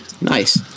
Nice